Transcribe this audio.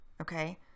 okay